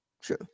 True